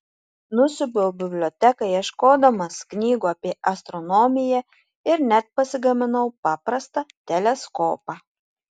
nusiaubiau biblioteką ieškodamas knygų apie astronomiją ir net pasigaminau paprastą teleskopą